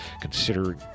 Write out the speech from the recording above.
Consider